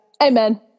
Amen